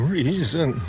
reason